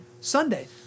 Sunday